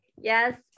yes